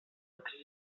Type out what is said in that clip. accés